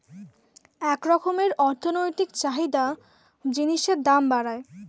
এক রকমের অর্থনৈতিক চাহিদা জিনিসের দাম বাড়ায়